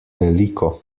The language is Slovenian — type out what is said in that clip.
veliko